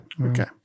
Okay